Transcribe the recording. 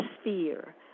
sphere